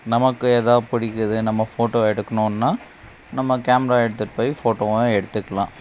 நமக்கு எதோ பிடிக்கிது நம்ம ஃபோட்டோ எடுக்குணும்னா நம்ம கேமரா எடுத்துகிட்டு போய் ஃபோட்டோவும் எடுத்துக்கலாம்